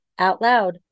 OUTLOUD